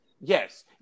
Yes